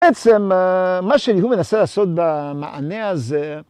בעצם, מה שהוא מנסה לעשות במענה הזה...